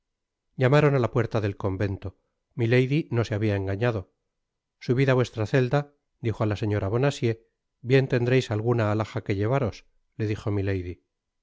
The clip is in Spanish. llamaron á la puerta del convento milady no se habia engañado subid á vuestra celda dijo á la señora bonacieux bien tendreis alguna athaja que llevaros le dijo milady poco tendré que